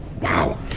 Wow